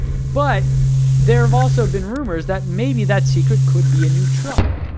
but there have also been rumors that maybe that secret could be a new truck,